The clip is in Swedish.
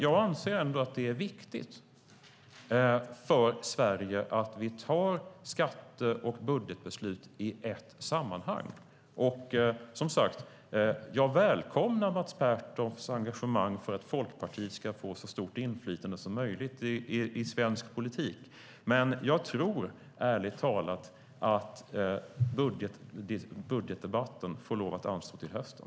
Jag anser dock att det ändå är viktigt för Sverige att vi tar skatte och budgetbeslut i ett sammanhang. Jag välkomnar som sagt Mats Pertofts engagemang för att Folkpartiet ska få så stort inflytande som möjligt i svensk politik, men jag tror ärligt talat att budgetdebatten får anstå till hösten.